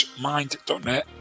mind.net